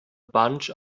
bunch